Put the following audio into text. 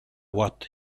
what